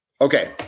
Okay